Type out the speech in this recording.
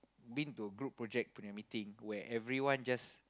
been to a group project meeting where everyone just